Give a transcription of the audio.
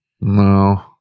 No